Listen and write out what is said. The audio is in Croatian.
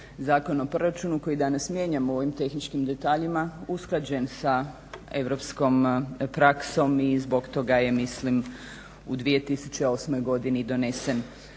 Zakon o proračunu koji danas mijenjamo u ovim tehničkim detaljima usklađen sa europskom praksom i zbog toga je mislim u 2008. godini i donesen